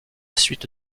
suite